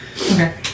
Okay